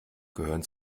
gehören